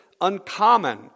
uncommon